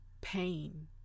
pain